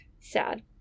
Sad